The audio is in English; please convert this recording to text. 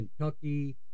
Kentucky